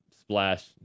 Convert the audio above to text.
splash